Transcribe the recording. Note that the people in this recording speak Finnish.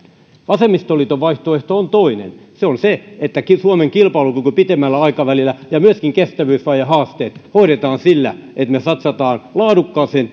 vasemmistoliiton vaihtoehto on toinen se on se että suomen kilpailukyky pitemmällä aikavälillä ja myöskin kestävyysvajeen haasteet hoidetaan sillä että me satsaamme laadukkaaseen